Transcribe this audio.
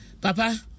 Papa